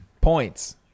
Points